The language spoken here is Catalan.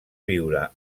viure